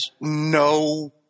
no